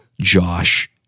Josh